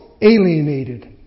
alienated